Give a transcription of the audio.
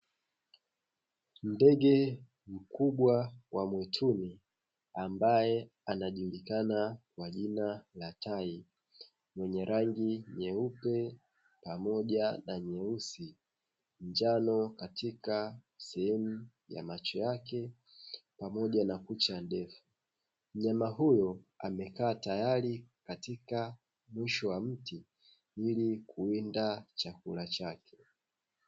Ndege mkubwa wa mwituni ambaye anajulikana kwa jina la tai mwenye rangi nyeupe pamoja na nyeusi, njano katika sehemu ya macho yake pamoja na kucha ndefu. Mnyama huyo amkekaa tayari katika mwisho wa mti ili kuwinda chakula chake.